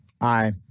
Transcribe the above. Aye